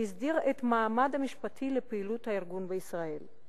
שהסדיר את המעמד המשפטי של פעילות הארגון בישראל.